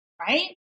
right